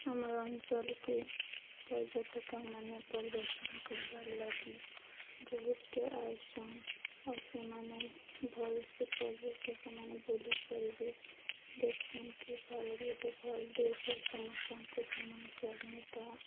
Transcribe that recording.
ଆମର ଅଞ୍ଚଲକେ ପର୍ଯ୍ୟଟକ ମାନେ ପରିଦର୍ଶନ କରବାର୍ ଲାଗି ବହୁତ୍ଟେ ଆଇସନ୍ ଆଉ ସେମାନେ ଭଲ୍ସେ ପର୍ଯ୍ୟଟକମାନେ ବୁଲି କରିବେ ଦେଖସନ୍ କି ଭାରତ ଗୋଟେ ଭଲ୍ ଦେଶ ସମସ୍ତଙ୍କୁ ସମାନ ସ୍ୱାଧୀନତା